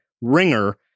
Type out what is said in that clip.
ringer